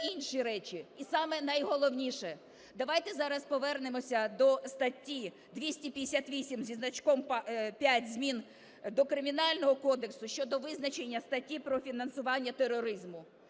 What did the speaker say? інші речі. І саме найголовніше. Давайте зараз повернемося до статті 258 зі значком 5 змін до Кримінального кодексу щодо визначення в статті про фінансування тероризму.